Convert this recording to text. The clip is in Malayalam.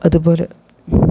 അതുപോലെ